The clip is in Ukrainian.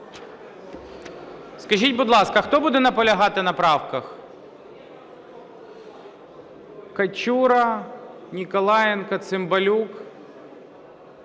Скажіть, будь ласка, хто буде наполягати на правках? Качура, Ніколаєнко, Цимбалюк,